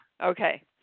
Okay